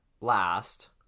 last